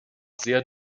sehr